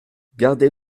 gardez